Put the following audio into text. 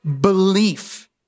belief